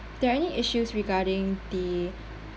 there are any issues regarding the